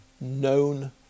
known